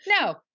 No